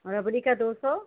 और रबड़ी का दो सौ